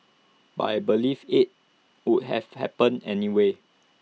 but I believe IT would have happened anyway